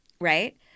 right